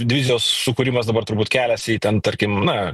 divizijos sukūrimas dabar turbūt keliasi į ten tarkim na